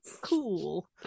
cool